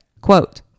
Quote